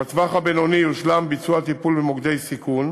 בטווח הבינוני יושלם ביצוע טיפול במוקדי סיכון,